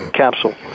capsule